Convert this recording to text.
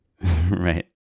Right